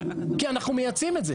כי אנחנו מייצאים את זה.